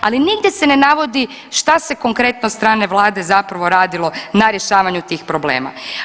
Ali nigdje se ne navodi šta se konkretno od strane Vlade zapravo radilo na rješavanju tih problema.